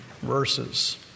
verses